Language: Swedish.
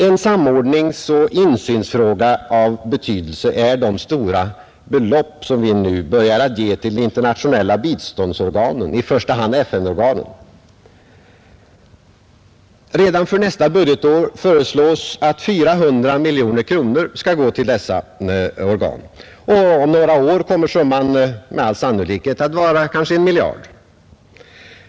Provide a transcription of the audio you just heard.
En samordningsoch insynsfråga av betydelse är de stora belopp som vi nu börjar att ge till de internationella biståndsorganen, i första hand FN-organen. Redan för nästa budgetår föreslås att 400 miljoner kronor skall gå till dessa organ, och om några år kommer summan med all sannolikhet att vara en miljard.